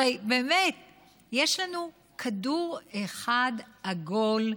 הרי באמת יש לנו כדור אחד עגול,